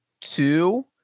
two